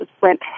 went